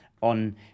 On